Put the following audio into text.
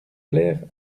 plaire